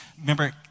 remember